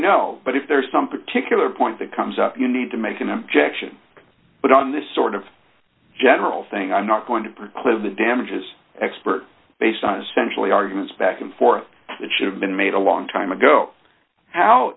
know but if there's some particular point that comes up you need to make an m j action but on this sort of general thing i'm not going to clear the damages expert based on essentially arguments back and forth that should have been made a long time ago how